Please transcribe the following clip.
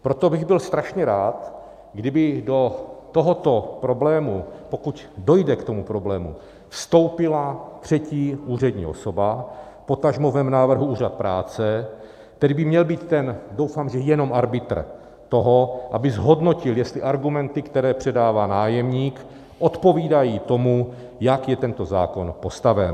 Proto bych byl strašně rád, kdyby do tohoto problému, pokud dojde k tomu problému, vstoupila třetí, úřední osoba, potažmo v mém návrhu Úřad práce, který by měl být ten, doufám že jenom arbitr toho, aby zhodnotil, jestli argumenty, které předává nájemník, odpovídají tomu, jak je tento zákon postaven.